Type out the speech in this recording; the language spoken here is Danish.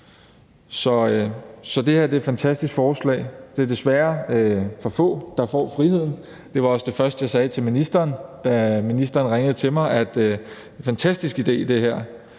Så det her er et fantastisk forslag. Det er desværre for få, der får friheden. Det var også det første, jeg sagde til ministeren, da ministeren ringede til mig, nemlig at det her er en fantastisk idé, altså